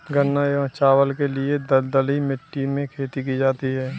गन्ना एवं चावल के लिए दलदली मिट्टी में खेती की जाती है